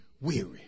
weary